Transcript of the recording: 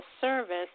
service